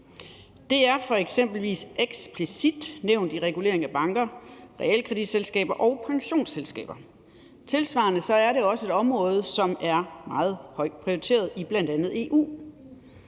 Det er eksempelvis eksplicit nævnt i regulering af banker, realkreditselskaber og pensionsselskaber. Tilsvarende er det også et område, som er meget højt prioriteret i bl.a. EU.